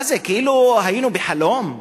מה זה, כאילו היינו בחלום?